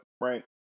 right